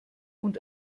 und